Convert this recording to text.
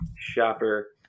shopper